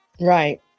right